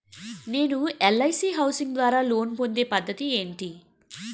నేను LIC housing ద్వారా loan పొందే పద్ధతి ఏంటి?